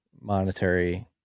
Monetary